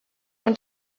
und